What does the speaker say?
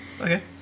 okay